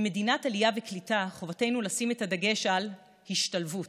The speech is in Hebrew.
ממדינת עלייה וקליטה חובתנו לשים את הדגש על השתלבות